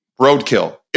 roadkill